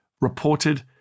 reported